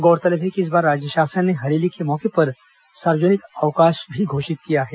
गौरतलब है कि इस बार राज्य शासन ने हरेली के मौके पर सार्वजनिक अवकाश भी घोषित किया है